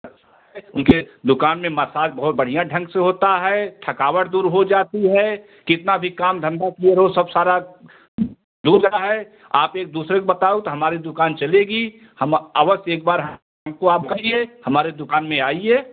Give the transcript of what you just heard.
अच्छा ए उनके दुकान में मसाज बहुत बढ़िया ढंग से होता है थकावट दूर हो जाती है कितना भी काम धंधा किए हो सब सारा जो है आप एक दूसरे को बताओ तो हमारी दुकान चलेगी हम अवश्य एक बार हमको आप कहिए हमारे दुकान में आइए